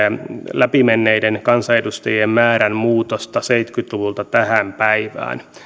läpimenneiden kansanedustajien määrän muutosta seitsemänkymmentä luvulta tähän päivään